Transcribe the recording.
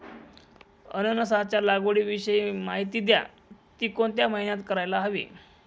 अननसाच्या लागवडीविषयी माहिती द्या, ति कोणत्या महिन्यात करायला हवी?